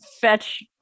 fetch